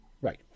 Right